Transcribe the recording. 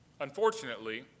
Unfortunately